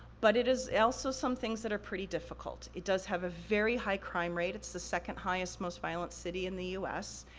but it is also some things that are pretty difficult. it does have a very high crime rate, it's the second highest most violent city in the u s,